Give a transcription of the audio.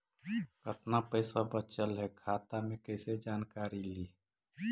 कतना पैसा बचल है खाता मे कैसे जानकारी ली?